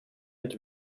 het